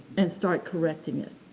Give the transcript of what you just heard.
and start correcting it.